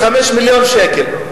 95 מיליון שקל.